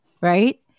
right